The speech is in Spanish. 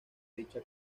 dicha